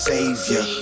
Savior